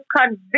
convince